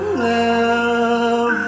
love